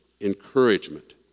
encouragement